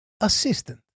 assistant